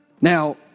now